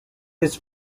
his